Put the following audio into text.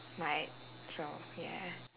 might so yeah